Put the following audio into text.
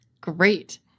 great